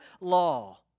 law